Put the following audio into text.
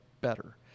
better